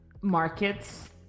markets